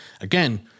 Again